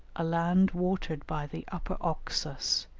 a land watered by the upper oxus,